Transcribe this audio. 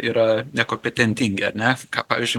yra nekompetentingi ar ne pavyzdžiui